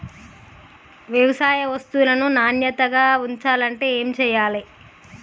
వ్యవసాయ వస్తువులను నాణ్యతగా ఉంచాలంటే ఏమి చెయ్యాలే?